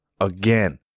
Again